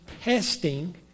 testing